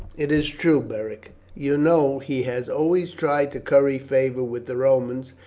it is true, beric. you know he has always tried to curry favour with the romans,